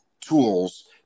tools